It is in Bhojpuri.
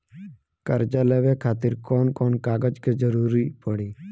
कर्जा लेवे खातिर कौन कौन कागज के जरूरी पड़ी?